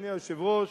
אדוני היושב-ראש,